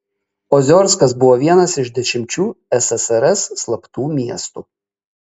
oziorskas buvo vienas iš dešimčių ssrs slaptų miestų